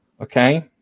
Okay